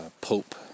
pope